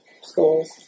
schools